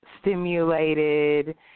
stimulated